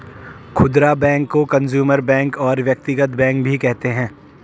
खुदरा बैंक को consumer bank और व्यक्तिगत बैंक भी कहते हैं